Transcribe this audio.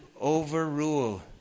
overrule